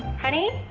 honey?